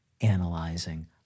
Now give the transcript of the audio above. analyzing